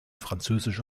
französische